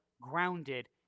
grounded